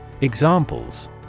Examples